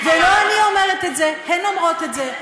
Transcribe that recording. ולא אני אומרת את זה, הן אומרות את זה.